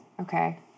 Okay